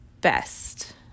best